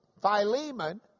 Philemon